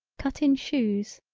cut in shoes,